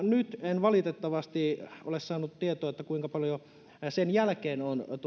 nyt en valitettavasti ole saanut tietoa kuinka paljon sen jälkeen on